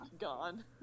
gone